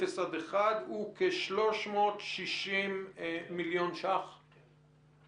אפס עד אחד קילומטר הוא כ-360 מיליון שקלים חדשים?